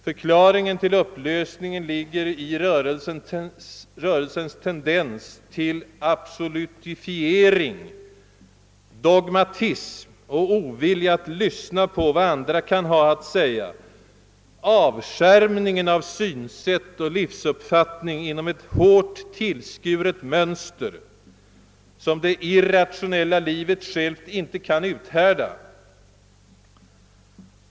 Förklaringen till upplösningen ligger i rörelsens tendens till absolutifiering, dogmatism och ovilja att lyssna på vad andra kan ha att säga, avskärmningen av synsätt och livsuppfattning inom ett hårt tillskuret mönster, som det irrationella livet självt inte kan uthärda.